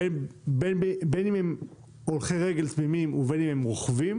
בין אם הולכי רגל תמימים ובין אם הם רוכבים,